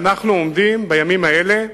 ואנחנו עומדים בימים האלה,